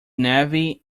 navy